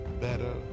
better